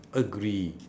agree